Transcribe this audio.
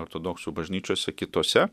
ortodoksų bažnyčiose kitose